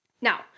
Now